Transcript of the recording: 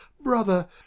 brother